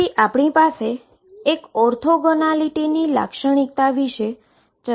તેથી આપણી પાસે એક ઓર્થોગોનાલીટીની લાક્ષણિકતા વિશે ચર્ચા કરી